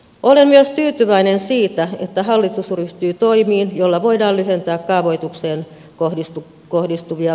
olen myös tyytyväinen siitä että hallitus ryhtyy toimiin joilla voidaan lyhentää kaavoitukseen kohdistuvia valituksia